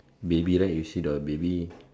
baby right you see the baby